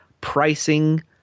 pricing